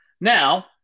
Now